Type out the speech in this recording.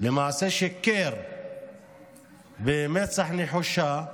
למעשה שיקר במצח נחושה,